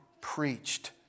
preached